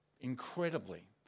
incredibly